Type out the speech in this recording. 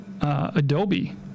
Adobe